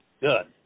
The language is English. good